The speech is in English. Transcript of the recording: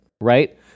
Right